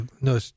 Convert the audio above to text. No